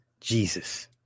Jesus